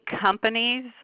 companies